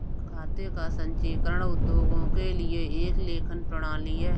खाते का संचीकरण उद्योगों के लिए एक लेखन प्रणाली है